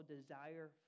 desire